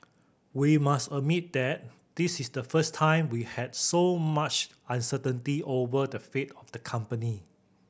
we must admit this is the first time we had so much uncertainty over the fate of the company